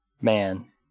man